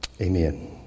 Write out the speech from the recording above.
Amen